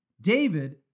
David